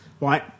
right